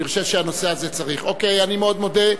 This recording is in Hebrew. אני חושב שהנושא הזה צריך, אני מאוד מודה.